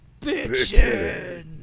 Bitchin